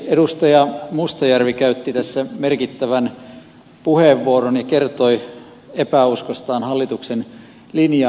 edustaja mustajärvi käytti tässä merkittävän puheenvuoron ja kertoi epäuskostaan hallituksen linjaan